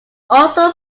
also